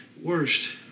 worst